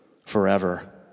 forever